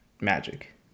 magic